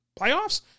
Playoffs